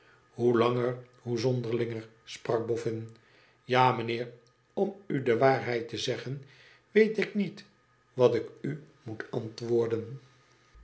hoe langer zoo zonderlinger sprak boffin tja mijnheer om u de waarheid te zeggen weet ik niet wat ik u moet antwoorden